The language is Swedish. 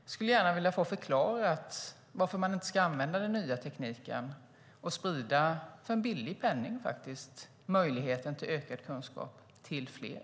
Jag skulle gärna vilja ha förklarat varför man inte ska använda den nya tekniken och för en billig penning sprida möjligheten till ökad kunskap till fler.